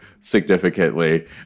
significantly